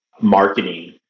marketing